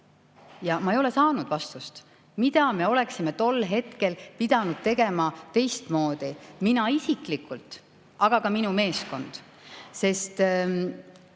Ja ma ei ole saanud vastust, mida me oleksime tol hetkel pidanud tegema teistmoodi – nii mina isiklikult, aga ka minu meeskond. Sest